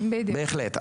בהחלט.